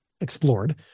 explored